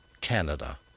Canada